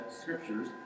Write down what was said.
scriptures